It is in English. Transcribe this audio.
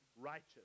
righteous